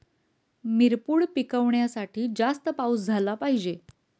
मिरपूड पिकवण्यासाठी जास्त पाऊस झाला पाहिजे